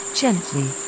gently